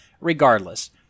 regardless